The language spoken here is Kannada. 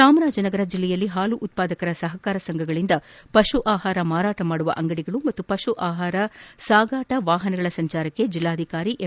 ಚಾಮರಾಜನಗರ ಜಿಲ್ಲೆಯಲ್ಲಿ ಪಾಲು ಉತ್ಪಾದಕರ ಸಹಕಾರ ಸಂಘಗಳಿಂದ ಪಶು ಆಹಾರ ಮಾರಾಟ ಮಾಡುವ ಅಂಗಡಿಗಳು ಪಾಗೂ ಪಶು ಆಹಾರ ಸಾಗಾಟ ವಾಹನಗಳ ಸಂಚಾರಕ್ಕೆ ಜಿಲ್ಲಾಧಿಕಾರಿ ಎಂ